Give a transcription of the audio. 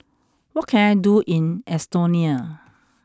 what can I do in Estonia